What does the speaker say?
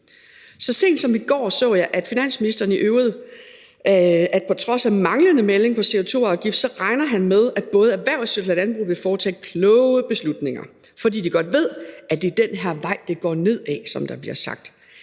Så sent som i går så jeg, at finansministeren – i øvrigt på trods af manglende melding om en CO2-afgift – regner med, at både erhvervsliv og landbrug vil træffe kloge beslutninger, fordi de godt ved, at det er den her vej, det går nedad, som der bliver sagt.